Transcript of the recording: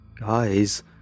Guys